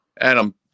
Adam